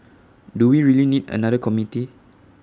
do we really need another committee